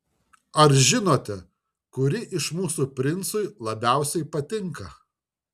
ar žinote kuri iš mūsų princui labiausiai patinka